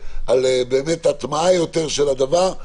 הטמעה יותר של הדבר.